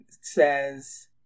says